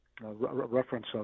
reference